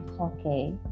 okay